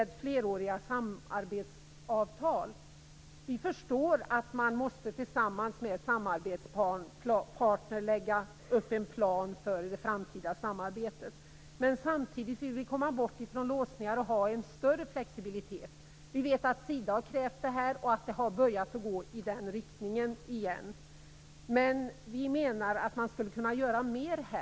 Men samtidigt vill vi komma bort ifrån låsningar och ha en större flexibilitet. Men vi menar att man skulle kunna göra mer i detta sammanhang.